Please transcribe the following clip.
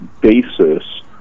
basis